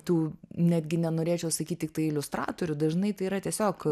tų netgi nenorėčiau sakyt tiktai iliustratorių dažnai tai yra tiesiog